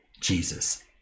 Jesus